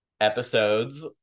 episodes